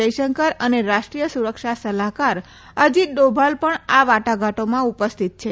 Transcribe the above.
જયશંકર અને રાષ્ટ્રીય સુરક્ષા સલાહકાર અજીત ડોભાલ પણ આ વાટાઘાટોમાં ઉપસ્થિત છે